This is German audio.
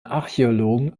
archäologen